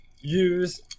use